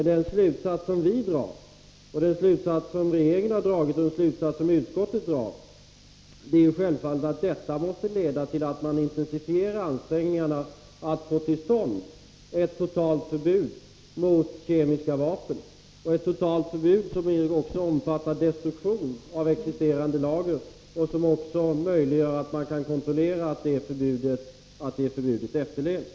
Den slutsats som vi och utskottet drar — och som regeringen har dragit — är att detta självfallet måste leda till att man intensifierar ansträngningarna för att få till stånd ett totalt förbud mot kemiska vapen, ett förbud som omfattar destruktion av existerande lager och som också möjliggör kontroll av att förbudet efterlevs.